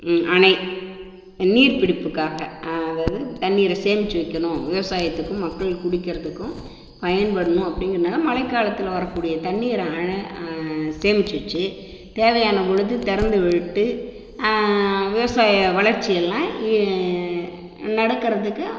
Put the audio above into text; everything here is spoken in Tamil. அணை நீர் பிடிப்புக்காக அதாவது தண்ணிரை சேமிச்சு வைக்கணும் விவசாயத்துக்கு மக்கள் குடிக்கிறதுக்கு பயன்படும் அப்டிங்கறனால் மழை காலத்தில் வரக்கூடிய தண்ணிரை அணை சேமித்து வச்சி தேவையான பொழுது திறந்து விட்டு விவசாய வளர்ச்சி எல்லாம் நடக்கிறதுக்கு